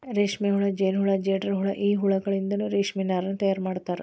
ರೇಷ್ಮೆಹುಳ ಜೇನಹುಳ ಜೇಡರಹುಳ ಈ ಹುಳಗಳಿಂದನು ರೇಷ್ಮೆ ನಾರನ್ನು ತಯಾರ್ ಮಾಡ್ತಾರ